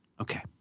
Okay